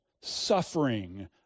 Suffering